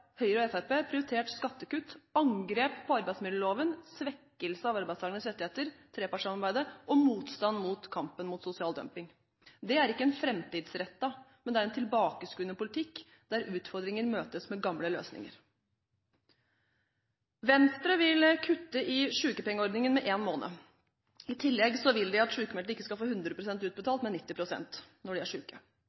Høyre og Fremskrittspartiet prioritert skattekutt, angrep på arbeidsmiljøloven, svekkelse av arbeidstakernes rettigheter, trepartssamarbeidet og motstand mot kampen mot sosial dumping. Det er ikke en framtidsrettet, men en tilbakeskuende politikk, der utfordringene møtes med gamle løsninger. Venstre vil kutte i sykepengeordningen med én måned. I tillegg vil de at sykmeldte ikke skal få 100 pst. utbetalt, men 90 pst., når de er